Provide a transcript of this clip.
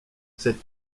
cette